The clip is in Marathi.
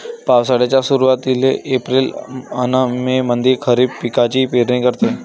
पावसाळ्याच्या सुरुवातीले एप्रिल अन मे मंधी खरीप पिकाची पेरनी करते